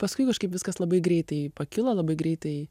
paskui kažkaip viskas labai greitai pakilo labai greitai